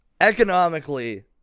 economically